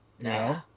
No